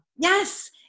Yes